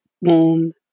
warm